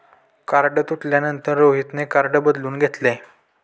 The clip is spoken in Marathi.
कार्ड तुटल्यानंतर रोहितने कार्ड बदलून घेतले